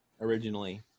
originally